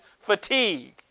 fatigue